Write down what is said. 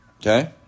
Okay